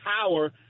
power